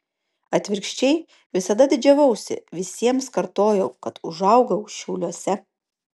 atvirkščiai visada didžiavausi visiems kartojau kad užaugau šiauliuose